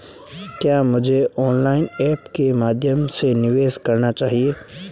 क्या मुझे online apps के माध्यम से निवेश करना चाहिए?